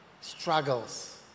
struggles